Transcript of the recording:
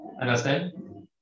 Understand